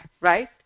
right